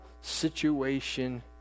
situation